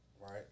Right